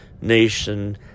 Nation